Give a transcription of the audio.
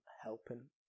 helping